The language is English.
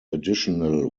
additional